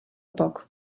poc